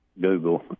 Google